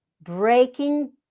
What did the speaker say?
breaking